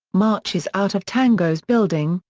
marches out of tango's building,